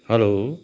hello